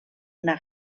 una